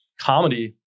comedy